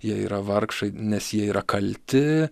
jie yra vargšai nes jie yra kalti